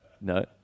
No